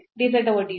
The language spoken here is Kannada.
dz over dt